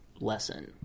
lesson